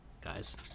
guys